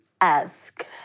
ask